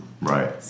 Right